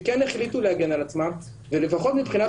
שכן החליטו להגן על עצמם ולפחות מבחינת